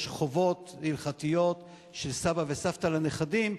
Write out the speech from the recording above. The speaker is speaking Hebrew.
יש חובות הלכתיות של סבא וסבתא לנכדים,